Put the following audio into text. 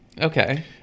Okay